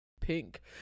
Pink